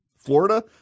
Florida